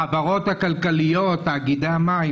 החברות הכלכליות, תאגידי המים.